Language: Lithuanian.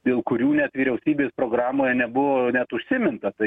dėl kurių net vyriausybės programoje nebuvo net užsiminta tai